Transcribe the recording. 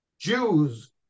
Jews